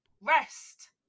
rest